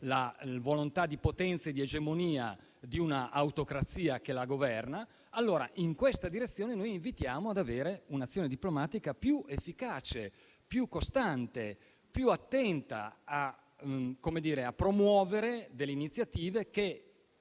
la volontà di potenza e di egemonia di un'autocrazia che la governa. In questa direzione, invitiamo il Governo ad intraprendere un'azione diplomatica più efficace, costante e più attenta a promuovere delle iniziative che